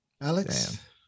Alex